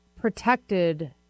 protected